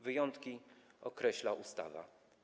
Wyjątki określa ustawa.